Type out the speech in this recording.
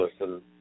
listen